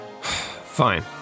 Fine